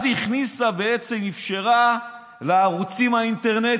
אז היא הכניסה, ובעצם אפשרה לערוצים האינטרנטיים,